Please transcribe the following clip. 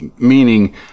meaning